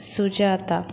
Sujatha